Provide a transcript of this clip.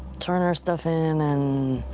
turn our stuff in and